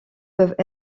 peuvent